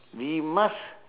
we must